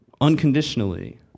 unconditionally